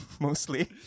mostly